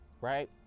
Right